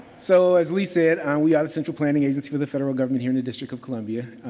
so, as lee said, and we are the central planning agency for the federal government here in the district of columbia.